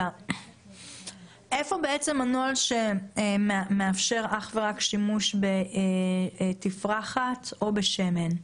איפה בעצם הנוהל שמאפשר אך ורק שימוש בתפרחת או בשמן?